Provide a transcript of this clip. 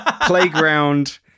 playground